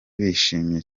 bishimye